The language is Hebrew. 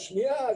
השנייה,